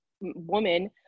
woman